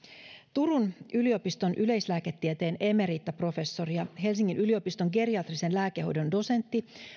turun yliopiston yleislääketieteen emeritaprofessori ja helsingin yliopiston geriatrisen lääkehoidon dosentti